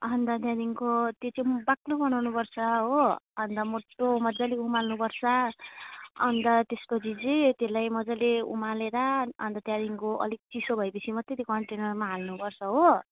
अन्त त्यहाँदेखिको त्यो चाहिँ बाक्लो बनाउनुपर्छ हो अन्त मोटो मजाले उमाल्नुपर्छ अन्त त्यसपछि चाहिँ त्यसलाई मजाले उमालेर अन्त त्यहाँदेखिको अलिक चिसो भएपछि मात्रै त्यो कन्टेनरमा हाल्नुपर्छ हो